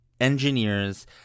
engineers